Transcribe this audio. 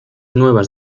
nuevas